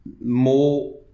more